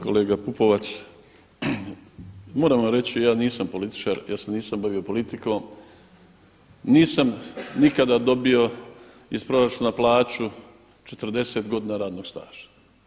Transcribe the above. Kolega Pupovac, moram vam reći ja nisam političar, ja se nisam bavio politikom, nisam nikada dobio iz proračuna plaću 40 godina radnog staža.